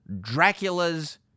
Dracula's